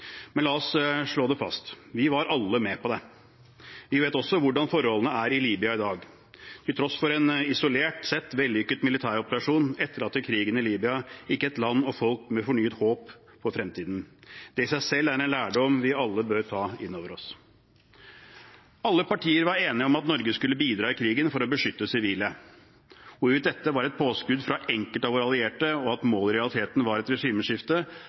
Men la oss slå det fast: Vi var alle med på det. Vi vet også hvordan forholdene er i Libya i dag. Til tross for en isolert sett vellykket militæroperasjon etterlater krigen i Libya ikke et land og folk med fornyet håp for fremtiden. Det i seg selv er en lærdom vi alle bør ta inn over oss. Alle partier var enige om at Norge skulle bidra i krigen for å beskytte sivile. Hvorvidt dette var et påskudd fra enkelte av våre allierte, og at målet i realiteten var et regimeskifte,